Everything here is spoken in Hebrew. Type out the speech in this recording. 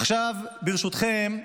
עכשיו, ברשותכם,